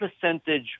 percentage